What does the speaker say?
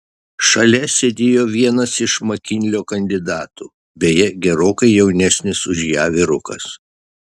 šalia sėdėjo vienas iš makinlio kandidatų beje gerokai jaunesnis už ją vyrukas